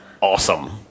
awesome